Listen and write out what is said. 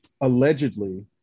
allegedly